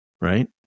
right